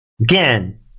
Again